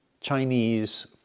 Chinese